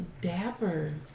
Dapper